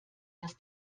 das